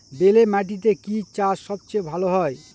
বেলে মাটিতে কি চাষ সবচেয়ে ভালো হয়?